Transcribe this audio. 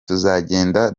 tuzagenda